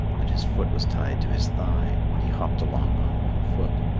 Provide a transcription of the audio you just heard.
and his foot was tied to his thigh, and he hopped along on one foot.